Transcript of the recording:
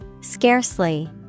Scarcely